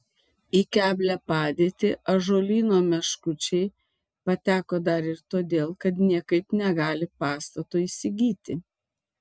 į keblią padėtį ąžuolyno meškučiai pateko dar ir todėl kad niekaip negali pastato įsigyti